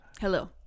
Hello